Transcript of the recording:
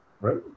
right